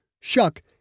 shuck